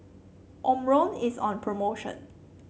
Omron is on promotion